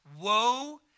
Woe